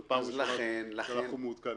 זו הפעם הראשונה שאנחנו מעודכנים.